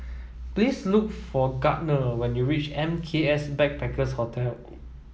please look for Gardner when you reach M K S Backpackers Hostel